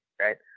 right